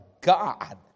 God